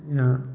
یا